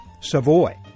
Savoy